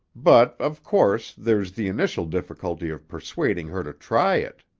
but, of course, there's the initial difficulty of persuading her to try it.